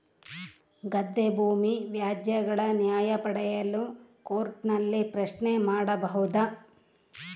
ಗದ್ದೆ ಭೂಮಿ ವ್ಯಾಜ್ಯಗಳ ನ್ಯಾಯ ಪಡೆಯಲು ಕೋರ್ಟ್ ನಲ್ಲಿ ಪ್ರಶ್ನೆ ಮಾಡಬಹುದಾ?